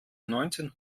neunzehn